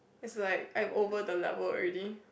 it's like I'm over the level already